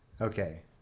okay